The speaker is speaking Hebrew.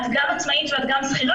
את גם עצמאית ואת גם שכירה,